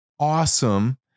awesome